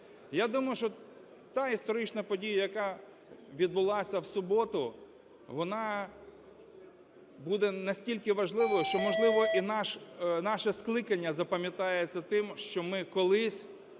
Я думаю, що та історична подія, яка відбулася в суботу, вона буде настільки важливою, що, можливо, і наше скликання запам'ятається тим, що ми колись